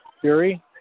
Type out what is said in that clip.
Fury